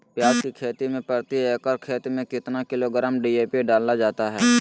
प्याज की खेती में प्रति एकड़ खेत में कितना किलोग्राम डी.ए.पी डाला जाता है?